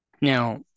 Now